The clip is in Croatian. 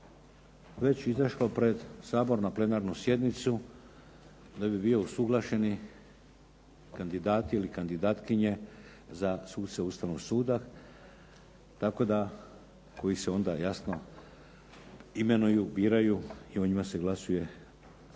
već izašlo pred Sabor na plenarnu sjednicu da bi bio usuglašeni kandidati ili kandidatkinje za suce Ustavnog suda, tako da koji se onda jasno imenuju, biraju i o njima se glasuje